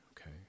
Okay